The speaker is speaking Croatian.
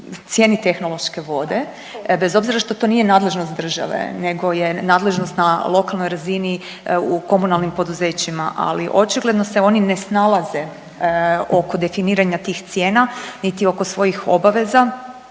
cijeni tehnološke vode bez obzira što to nije nadležnost države nego je nadležnost na lokalnoj razini u komunalnim poduzećima. Ali očigledno se oni ne snalaze oko definiranja tih cijena niti oko svojih obaveza